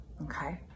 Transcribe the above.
Okay